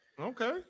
Okay